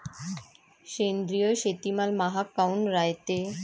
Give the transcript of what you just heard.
सेंद्रिय शेतीमाल महाग काऊन रायते?